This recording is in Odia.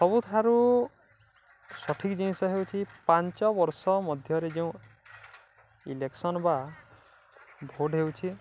ସବୁଠାରୁ ସଠିକ୍ ଜିନିଷ ହେଉଛିି ପାଞ୍ଚ ବର୍ଷ ମଧ୍ୟରେ ଯେଉଁ ଇଲେକ୍ସନ୍ ବା ଭୋଟ୍ ହେଉଛି